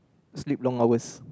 sleep long hours